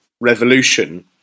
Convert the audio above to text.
revolution